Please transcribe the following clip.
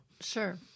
Sure